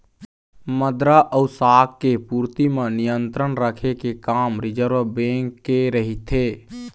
मद्रा अउ शाख के पूरति म नियंत्रन रखे के काम रिर्जव बेंक के रहिथे